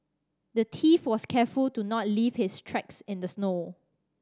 the thief was careful to not leave his tracks in the snow